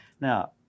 Now